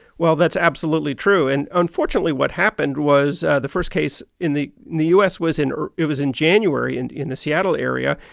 well, that's absolutely true. and unfortunately, what happened was the first case in the the u s. was in it was in january and in the seattle area.